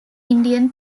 indian